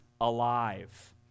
alive